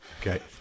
Okay